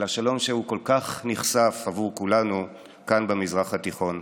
אל השלום שהוא כל כך נכסף עבור כולנו כאן במזרח התיכון.